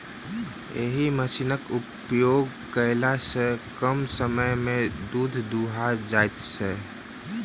एहि मशीनक उपयोग कयला सॅ कम समय मे दूध दूहा जाइत छै